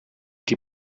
die